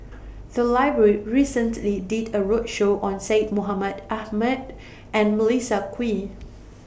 The Library recently did A roadshow on Syed Mohamed Ahmed and Melissa Kwee